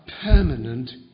permanent